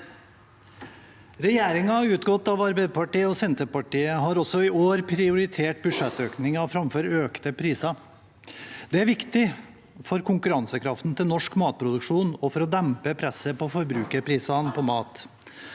Regjeringen ut- gått av Arbeiderpartiet og Senterpartiet har også i år prioritert budsjettøkninger framfor økte priser. Det er viktig for konkurransekraften til norsk matproduksjon og for å dempe presset på forbrukerprisene på mat.